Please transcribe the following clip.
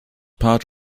part